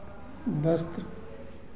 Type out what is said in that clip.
वस्त्र